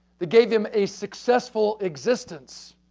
they gave him a successful existence,